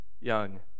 young